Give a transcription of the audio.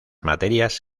materias